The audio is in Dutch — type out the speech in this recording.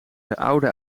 oude